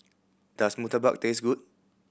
does murtabak taste good